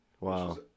Wow